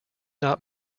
not